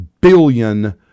billion